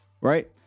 right